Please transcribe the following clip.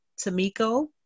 Tamiko